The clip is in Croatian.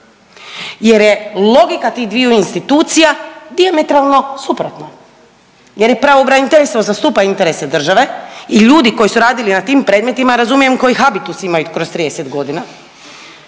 jer je logika tih dviju institucija dijametralno suprotna jer pravobraniteljstvo zastupa interese države i ljudi koji su radili na tim predmetima razumijem koji habitus imaju kroz 30.g.,